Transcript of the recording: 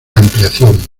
ampliación